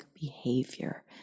behavior